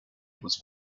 was